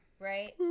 right